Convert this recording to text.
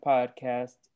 Podcast